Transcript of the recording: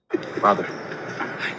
Father